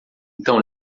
então